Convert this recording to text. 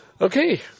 Okay